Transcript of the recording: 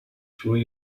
through